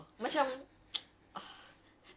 oh my goodness